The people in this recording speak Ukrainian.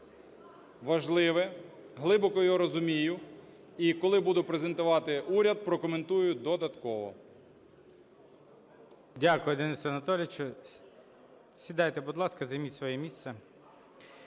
важливе, глибоко його розумію, і коли буду презентувати уряд, прокоментую додатково. ГОЛОВУЮЧИЙ. Дякую, Денисе Анатолійовичу. Сідайте, будь ласка, займіть своє місце.